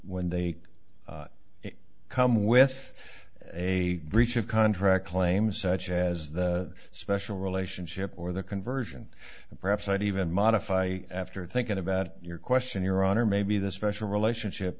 when they come with a breach of contract claim such as the special relationship or the conversion and perhaps i'd even modify after thinking about your question your honor maybe the special relationship